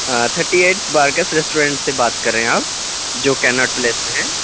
thirty eight Barracks restaurant سے بات کر رہے ہیں آپ جو کناٹ پلیس پہ ہے